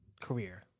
career